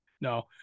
No